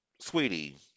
sweetie